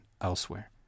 elsewhere